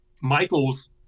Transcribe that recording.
michael's